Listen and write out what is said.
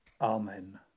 Amen